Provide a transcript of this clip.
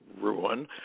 ruin